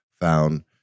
found